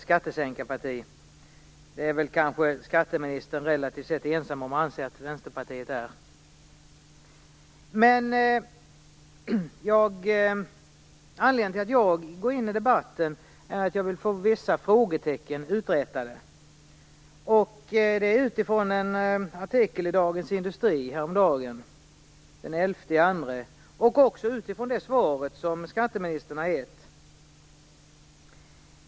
Skatteministern är väl relativt ensam om att anse att Vänsterpartiet är ett skattesänkarparti. Anledningen till att jag går in i debatten är att jag vill få vissa frågetecken uträtade utifrån en artikel i Dagens Industri häromdagen, den 11 februari, och utifrån det svar som skatteministern har gett.